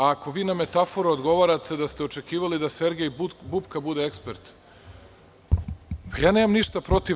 Ako vi na metafore odgovarate da ste očekivali da Sergej Bubpka bude ekspert, ja nemam ništa protiv.